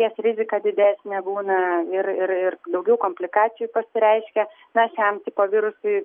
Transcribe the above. nes rizika didesnė būna ir ir ir daugiau komplikacijų pasireiškia na šiam tipo virusui